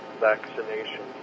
vaccination